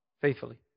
faithfully